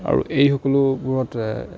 আৰু এই সকলোবোৰতে